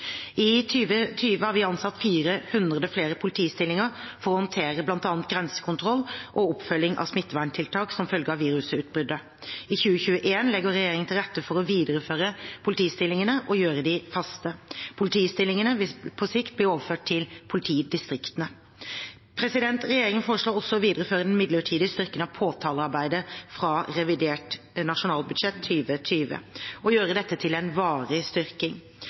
I 2020 har vi ansatt 400 flere i politistillinger for å håndtere bl.a. grensekontroll og oppfølging av smitteverntiltak som følge av virusutbruddet. I 2021 legger regjeringen til rette for å videreføre politistillingene og gjøre dem faste. Politistillingene vil på sikt bli overført til politidistriktene. Regjeringen foreslår også å videreføre den midlertidige styrkingen av påtalearbeidet fra revidert nasjonalbudsjett 2020 og gjøre dette til en varig styrking.